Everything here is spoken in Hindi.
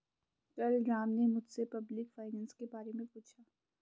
कल राम ने मुझसे पब्लिक फाइनेंस के बारे मे पूछा